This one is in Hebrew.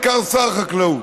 בעיקר שר החקלאות.